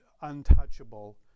untouchable